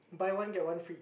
buy one get one free